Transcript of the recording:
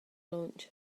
launch